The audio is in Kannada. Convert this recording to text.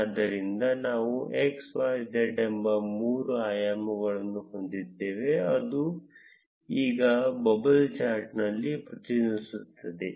ಆದ್ದರಿಂದ ನಾವು x y z ಎಂಬ ಮೂರು ಆಯಾಮಗಳನ್ನು ಹೊಂದಿದ್ದೇವೆ ಅದು ಈಗ ಬಬಲ್ ಚಾರ್ಟ್ನಲ್ಲಿ ಪ್ರತಿನಿಧಿಸುತ್ತದೆ